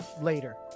later